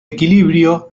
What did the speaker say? equilibrio